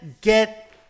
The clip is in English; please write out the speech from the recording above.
get